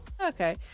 Okay